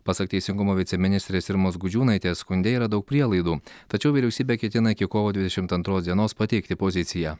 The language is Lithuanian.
pasak teisingumo viceministrės irmos gudžiūnaitės skunde yra daug prielaidų tačiau vyriausybė ketina iki kovo dvidešimt antros dienos pateikti poziciją